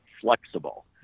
flexible